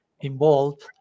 involved